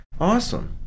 Awesome